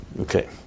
Okay